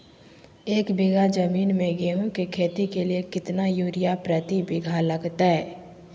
एक बिघा जमीन में गेहूं के खेती के लिए कितना यूरिया प्रति बीघा लगतय?